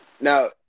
Now